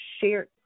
shared –